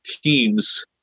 teams